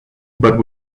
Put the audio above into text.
but